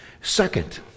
Second